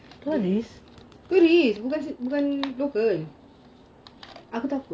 tourist